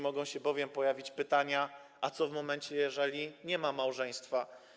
Mogą się bowiem pojawić pytania: a co w momencie, kiedy nie ma małżeństwa?